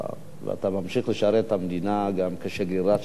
ואתה ממשיך לשרת את המדינה גם כשגרירה של ישראל